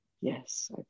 Yes